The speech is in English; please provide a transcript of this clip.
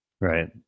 right